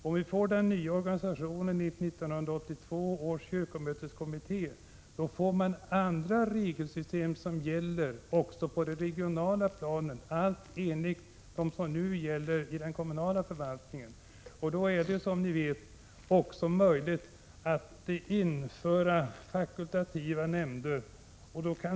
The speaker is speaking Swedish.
Om den nya organisation genomförs som 1982 års kyrkokommitté har föreslagit kommer andra regelsystem att gälla också på det regionala planet — regler som nu gäller i den kommunala förvaltningen — och då blir det möjligt att införa fakultativa nämnder.